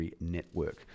network